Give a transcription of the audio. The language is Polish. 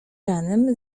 ranem